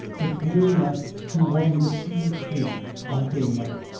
but clear enough to one who had seen its shape by daylight.